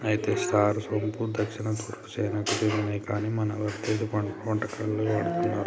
అయితే స్టార్ సోంపు దక్షిణ తూర్పు చైనాకు సెందినది కాని మన భారతదేశ వంటలలో వాడుతున్నారు